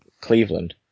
cleveland